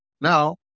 now